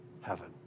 heaven